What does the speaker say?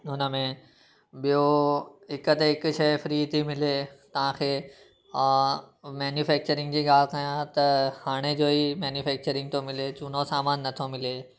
हुन में ॿियों हिकु ते हिकु शइ फ्री थी मिले तव्हांखे मेन्युफेक्चरिंग जी ॻाल्हि कयां त हाणे जो ई मेन्यूफेक्चरिंग थो मिले झूनो सामान नथो मिले